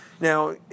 Now